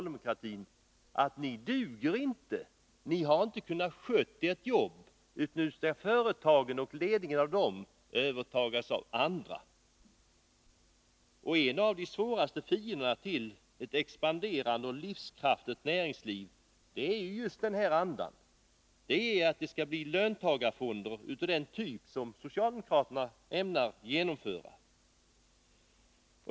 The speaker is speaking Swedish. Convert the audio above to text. De säger: Ni har inte skött ert jobb, så nu skall företagen och ledningen av dem tas över av andra. En av de värsta fienderna till ett expanderande och livskraftigt näringsliv är just denna anda, fruktan för att det skall bli löntagarfonder av den typ som socialdemokraterna ämnar genomföra.